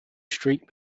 streak